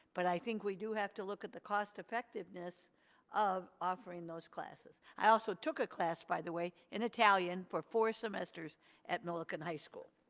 but i think we do have to look at the cost effectiveness of offering those classes. i also took a class, by the way, in italian for four semesters at millikan high school.